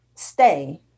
stay